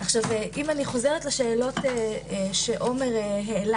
אם אני חוזרת לשאלות שעומר העלה